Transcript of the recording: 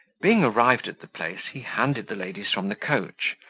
being arrived at the place, he handed the ladies from the coach,